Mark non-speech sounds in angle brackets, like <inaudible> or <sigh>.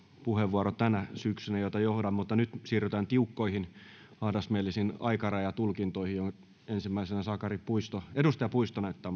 puheenvuoro tänä syksynä jota johdan mutta nyt siirrytään tiukkoihin ahdasmielisiin aikarajatulkintoihin ensimmäisenä edustaja puisto näyttää <unintelligible>